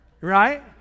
right